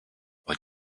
wollt